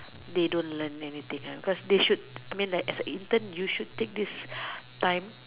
they don't learn anything ah because they should I mean like as a intern you should take this time